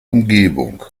umgebung